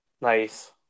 Nice